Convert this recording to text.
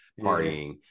partying